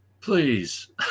please